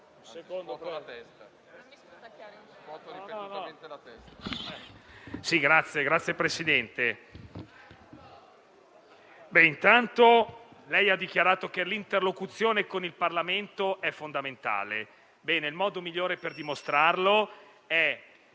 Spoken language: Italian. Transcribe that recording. Signor Presidente del Consiglio, lei ha dichiarato che l'interlocuzione con il Parlamento è fondamentale; bene, il modo migliore per dimostrarlo è